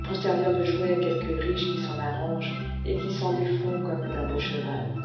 pour servir de jouet à quelques riches qui s'en arrangent et qui s'en défont comme d'un beau cheval